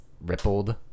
rippled